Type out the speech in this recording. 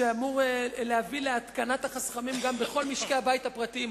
ואמור להביא להתקנת החסכמים גם בכל משקי-הבית הפרטיים,